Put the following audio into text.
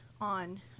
on